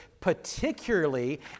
particularly